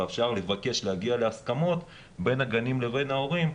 ואפשר לבקש להגיע להסכמות בין הגנים לבין ההורים,